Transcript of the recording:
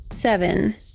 Seven